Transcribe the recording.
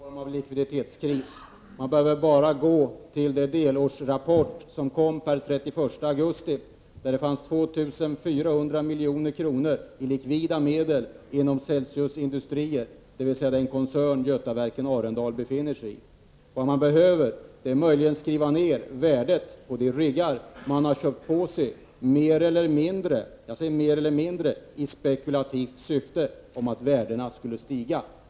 Herr talman! Företaget befinner sig inte i någon form av likviditetskris. Det kan man konstatera genom att bara gå till den delårsrapport som kom per 31 den augusti. Det finns 2 400 milj.kr. i likvida medel inom Celsius Industrier, dvs. den koncern som Götaverken Arendal tillhör. Däremot behöver företaget möjligen skriva ner värdet på de riggar det har köpt på sig i mer eller mindre spekulativt syfte, med beräkningen att värdet skulle stiga.